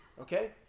Okay